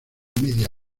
media